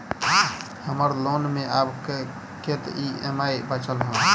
हम्मर लोन मे आब कैत ई.एम.आई बचल ह?